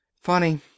funny